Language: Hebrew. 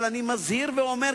אבל אני מזהיר ואומר,